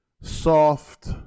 soft